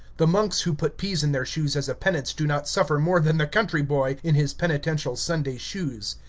the monks who put peas in their shoes as a penance do not suffer more than the country-boy in his penitential sunday shoes.